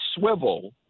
swivel